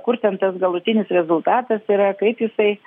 kur ten tas galutinis rezultatas yra kaip jisai